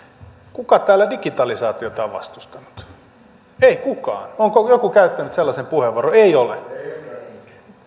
kuka täällä digitalisaatiota on vastustanut ei kukaan onko joku käyttänyt sellaisen puheenvuoron ei ole